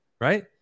right